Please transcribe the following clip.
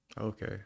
okay